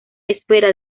esfera